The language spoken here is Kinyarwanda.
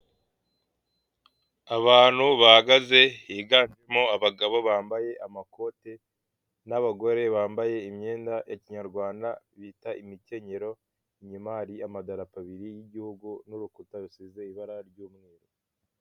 Abantu bahagaze higanjemo abagabo bambaye amakoti n'abagore bambaye imyenda ya kinyarwanda bita imikenyero imyuma hari amadarapo abiri y'igihugu n'urukuta rusize ibara ry'umweru.